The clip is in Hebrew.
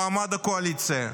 מועמד הקואליציה,